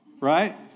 right